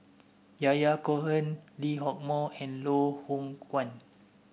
Yahya Cohen Lee Hock Moh and Loh Hoong Kwan